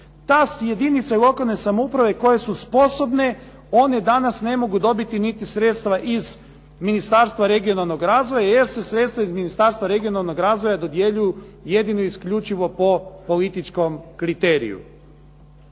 Te jedinice lokalne samouprave koje su sposobne one danas ne mogu dobiti niti sredstva iz Ministarstva regionalnog razvoja jer se sredstva iz Ministarstva regionalnog razvoja dodjeljuju jedino i isključivo po političkom kriteriju.